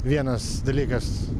vienas dalykas